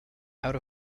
out